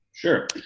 Sure